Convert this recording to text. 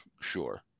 sure